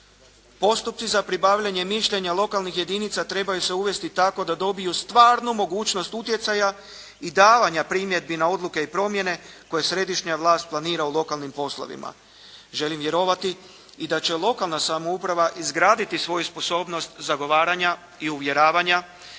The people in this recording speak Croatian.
Postupci za pribavljanje mišljenja lokalnih jedinica trebaju se uvesti tako da dobiju stvarnu mogućnosti utjecaja i davanja primjedbi na odluke i promjene koje središnja vlast planira u lokalnim poslovima. Želim vjerovati i da će lokalna samouprava izgraditi svoju sposobnost zagovaranja i uvjeravanja,